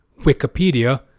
Wikipedia